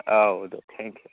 औ दे thank U